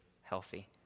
healthy